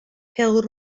pêl